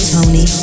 Tony